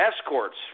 escorts